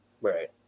right